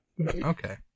okay